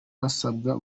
basabwa